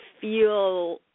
feel